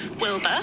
Wilbur